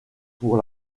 pour